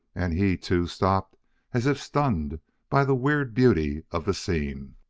and he, too, stopped as if stunned by the weird beauty of the scene.